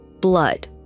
blood